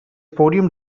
podium